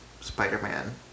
Spider-Man